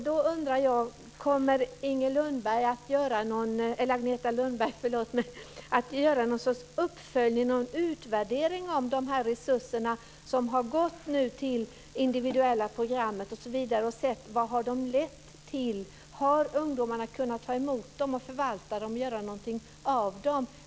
Då undrar jag: Kommer Agneta Lundberg att göra någon sorts uppföljning eller utvärdering av de resurser som nu har gått till det individuella programmet för att se vad de har lett till? Har ungdomarna kunnat ta emot dem, förvalta dem och göra någonting av dem?